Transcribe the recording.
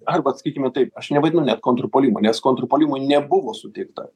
arba sakykime taip aš nevadinu net kontrpuolimu nes kontrpuolimui nebuvo suteikta